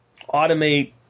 automate